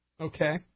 Okay